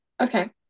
Okay